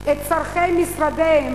את צורכי משרדיהם